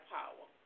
power